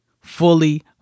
fully